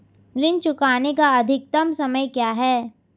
ऋण चुकाने का अधिकतम समय क्या है?